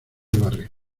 barril